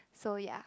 so ya